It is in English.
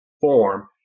form